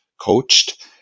coached